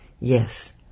Yes